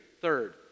third